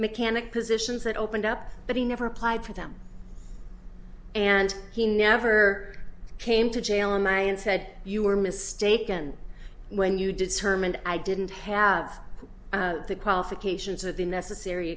mechanic positions that opened up but he never applied for them and he never came to jail and i said you were mistaken when you determined i didn't have the qualifications of the necessary